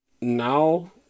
now